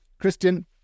Christian